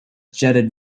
jetted